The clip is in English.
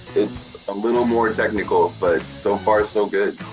it's a little more technical, but so far so good.